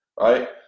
right